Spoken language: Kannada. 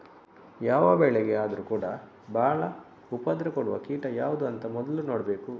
ಯಾವ ಬೆಳೆಗೆ ಆದ್ರೂ ಕೂಡಾ ಬಾಳ ಉಪದ್ರ ಕೊಡುವ ಕೀಟ ಯಾವ್ದು ಅಂತ ಮೊದ್ಲು ನೋಡ್ಬೇಕು